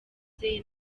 bye